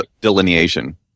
delineation